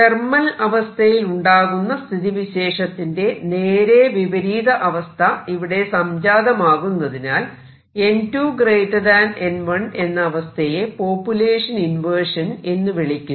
thermal അവസ്ഥയിൽ ഉണ്ടാകുന്ന സ്ഥിതിവിശേഷത്തിന്റെ നേരെ വിപരീത അവസ്ഥ ഇവിടെ സംജാതമാകുന്നതിനാൽ n2 n1 എന്ന അവസ്ഥയെ പോപ്പുലേഷൻ ഇൻവെർഷൻ എന്ന് വിളിക്കുന്നു